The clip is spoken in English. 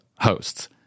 hosts